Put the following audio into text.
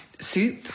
soup